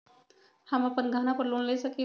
हम अपन गहना पर लोन ले सकील?